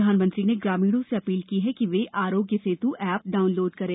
प्रधानमंत्री ने ग्रामीणों से अपील की कि वे आरोग्य सेत् ऐप डाउनलोड करें